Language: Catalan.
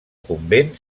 convent